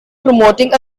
promoting